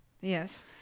yes